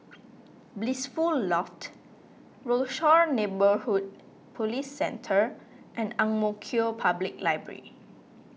Blissful Loft Rochor Neighborhood Police Centre and Ang Mo Kio Public Library